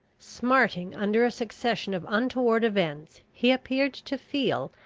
smarting under a succession of untoward events, he appeared to feel,